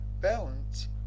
Balance